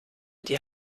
die